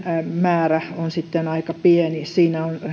määrä on sitten aika pieni siinä on